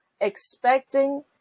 expecting